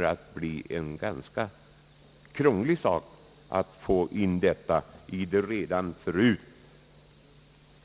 Självfallet blir det dock krångligt att få in detta i det redan förut